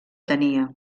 tenia